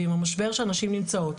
ועם המשבר שהנשים נמצאות,